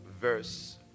verse